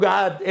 God